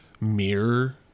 mirror